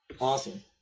Awesome